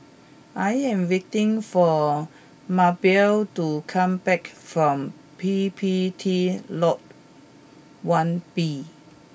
I am waiting for Mabell to come back from P P T Lodge one B